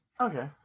Okay